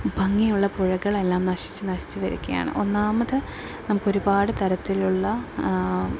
ഭംഗിയുള്ള പുഴകളെല്ലാം നശിച്ച് നശിച്ച് വരികയാണ് ഒന്നാമത് നമുക്കൊരുപാട് തരത്തിലുള്ള